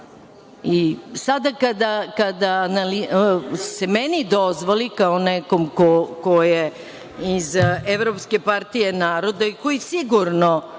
kada se meni dozvoli, kao nekom ko je iz Evropske partije naroda i ko sigurno